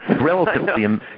relatively